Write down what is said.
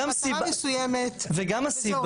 למה?